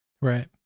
Right